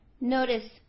Notice